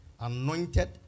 Anointed